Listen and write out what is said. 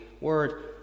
word